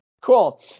Cool